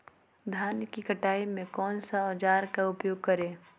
धान की कटाई में कौन सा औजार का उपयोग करे?